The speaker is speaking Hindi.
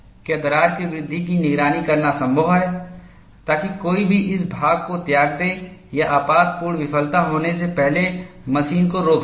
क्या दरार की वृद्धि की निगरानी करना संभव है ताकि कोई भी इस भाग को त्याग दे या आपातपूर्ण विफलता होने से पहले मशीन को रोक सके